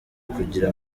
kugira